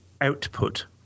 output